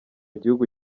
gihugu